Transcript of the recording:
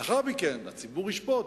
לאחר מכן הציבור ישפוט,